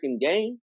game